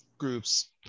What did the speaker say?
groups